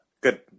Good